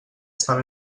estan